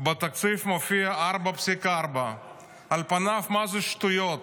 בתקציב מופיע 4.4. על פניו, מה זה, שטויות,